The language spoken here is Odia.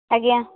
ଆଜ୍ଞା